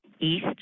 East